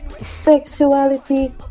sexuality